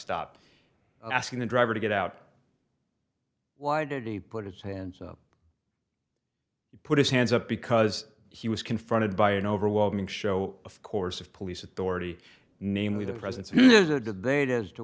stop asking the driver to get out why did he put his hands up he put his hands up because he was confronted by an overwhelming show of course of police authority namely the presence did they made as to